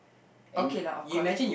okay lah of course